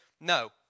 no